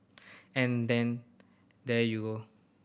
and then there you go